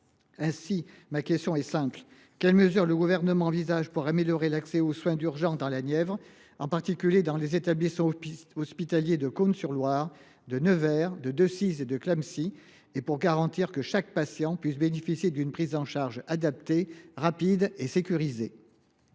Nivernais et Nivernaises. Quelles mesures le Gouvernement envisage t il pour améliorer l’accès aux soins d’urgence dans la Nièvre, en particulier dans les établissements hospitaliers de Cosne Cours sur Loire, de Nevers, de Decize et de Clamecy et pour garantir que chaque patient bénéficie d’une prise en charge adaptée, rapide et sécurisante ?